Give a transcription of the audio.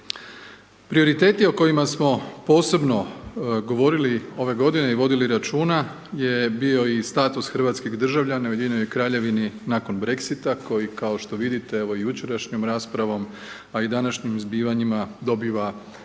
Prioriteti o kojima smo posebno govorili ove godine i vodili računa je bio i status hrvatskih državljana u Ujedinjenoj Kraljevni nakon BREXIT-a koji kao što vidite evo i jučerašnjom raspravom, a i današnjim zbivanjima dobiva jednu